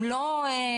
הם לא מתויגים,